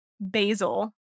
basil